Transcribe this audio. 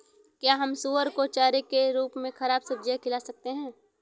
क्या हम सुअर को चारे के रूप में ख़राब सब्जियां खिला सकते हैं?